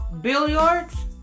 Billiards